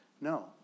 No